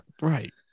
right